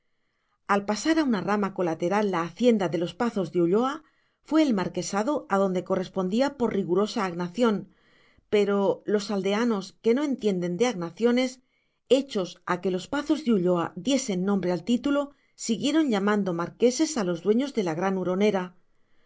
al pasar a una rama colateral la hacienda de los pazos de ulloa fue el marquesado a donde correspondía por rigurosa agnación pero los aldeanos que no entienden de agnaciones hechos a que los pazos de ulloa diesen nombre al título siguieron llamando marqueses a los dueños de la gran huronera